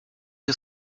you